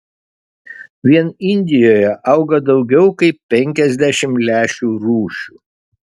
vien indijoje auga daugiau kaip penkiasdešimt lęšių rūšių